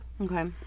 Okay